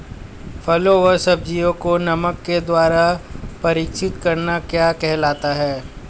फलों व सब्जियों को नमक के द्वारा परीक्षित करना क्या कहलाता है?